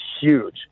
huge